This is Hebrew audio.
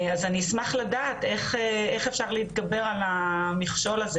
אני אשמח לדעת איך אפשר להתגבר על המכשול הזה,